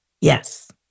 Yes